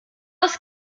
aus